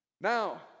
Now